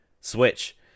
Switch